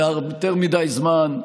זה יותר מדי זמן,